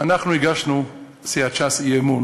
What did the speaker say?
אנחנו הגשנו, סיעת ש"ס, אי-אמון